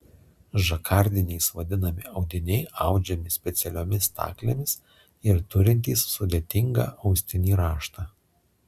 žakardiniais vadinami audiniai audžiami specialiomis staklėmis ir turintys sudėtingą austinį raštą